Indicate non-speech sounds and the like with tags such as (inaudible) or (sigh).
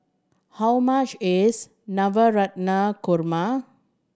how much is (unintelligible) Korma